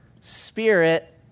spirit